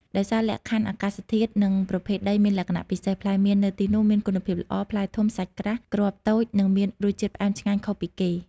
ដោយសារលក្ខខណ្ឌអាកាសធាតុ និងប្រភេទដីមានលក្ខណៈពិសេស ផ្លែមៀននៅទីនោះមានគុណភាពល្អ ផ្លែធំ សាច់ក្រាស់ គ្រាប់តូច និងមានរសជាតិផ្អែមឆ្ងាញ់ខុសពីគេ។